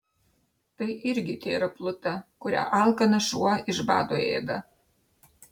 tai irgi tėra pluta kurią alkanas šuo iš bado ėda